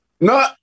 No